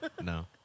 No